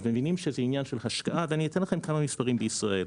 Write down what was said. אז מבינים שזה עניין של השקעה ואני אתן לכם כמה מספרים בישראל,